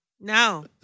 no